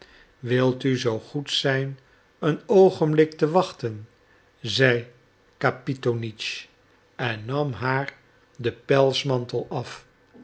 wil u zoo goed zijn een oogenblik te wachten zei kapitonitsch en nam haar den pelsmantel af